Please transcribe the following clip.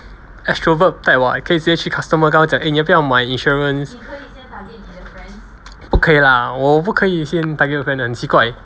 extrovert type [what] 可以直接去 customer 跟他讲 eh 你要不要买 insurance 不可以 lah 我不可以先 target friends 的很奇怪